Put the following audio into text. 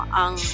ang